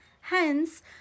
Hence